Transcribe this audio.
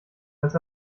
als